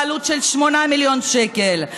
בעלות של 8 מיליון שקל,